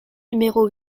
numéro